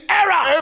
error